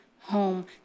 home